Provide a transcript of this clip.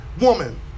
woman